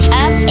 up